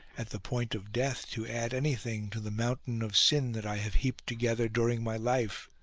at the point of death, to add anything to the mountain of sin that i have heaped together during my life,